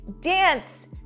dance